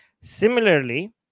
Similarly